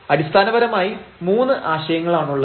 അടിസ്ഥാനപരമായി മൂന്ന് ആശയങ്ങളാണുള്ളത്